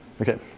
Okay